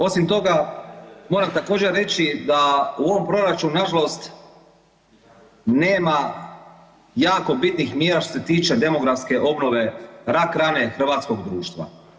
Osim toga, moram također, reći da u ovom proračunu, nažalost nema jako bitnih mjera što se tiče demografske obnove, rak rane hrvatskog društva.